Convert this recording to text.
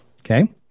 Okay